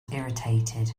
irritated